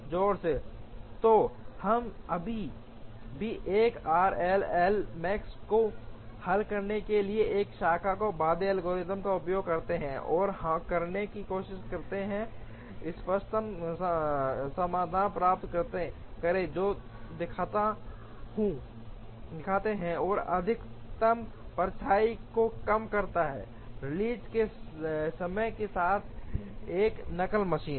तो हम अभी भी 1 आर एल एल मैक्स को हल करने के लिए इस शाखा और बाध्य एल्गोरिथ्म का उपयोग करते हैं और करने की कोशिश करते हैं इष्टतम समाधान प्राप्त करें जो दिखाता है जो अधिकतम परछाई को कम करता है रिलीज के समय के साथ एक एकल मशीन